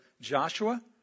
Joshua